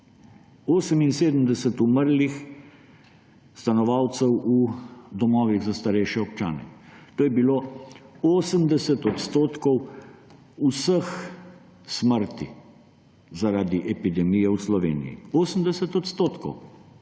78 umrlih stanovalcev v domovih za starejše občane. To je bilo 80 % vseh smrti zaradi epidemije v Sloveniji. Samo